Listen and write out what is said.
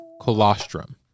colostrum